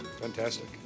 Fantastic